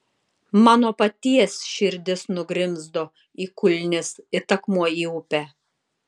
mano paties širdis nugrimzdo į kulnis it akmuo į upę